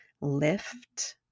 lift